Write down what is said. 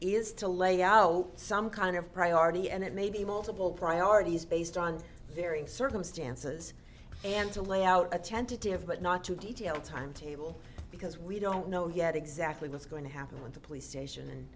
is to lay out some kind of priority and it may be multiple priorities based on varying circumstances and to lay out a tentative but not to detail timetable because we don't know yet exactly what's going to happen with the police